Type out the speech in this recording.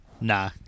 nah